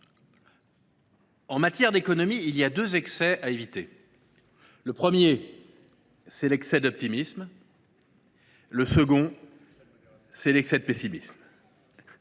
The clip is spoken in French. en matière d’économie, il y a deux excès à éviter : le premier, c’est l’excès d’optimisme ; le second, c’est l’excès de…